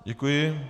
Děkuji.